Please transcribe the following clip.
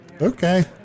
Okay